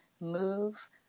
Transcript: move